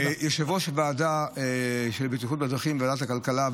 כיושב-ראש ועדה של בטיחות בדרכים בוועדת הכלכלה,